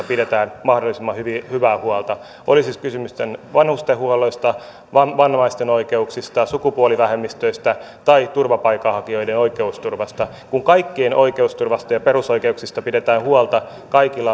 pidetään mahdollisimman hyvää huolta oli siis kysymys vanhustenhuollosta vammaisten oikeuksista sukupuolivähemmistöistä tai turvapaikanhakijoiden oikeusturvasta kun kaikkien oikeusturvasta ja perusoikeuksista pidetään huolta kaikilla